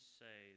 say